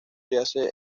yace